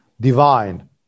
divine